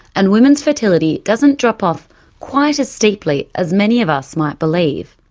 and women's fertility doesn't drop off quite as steeply as many of us might believe.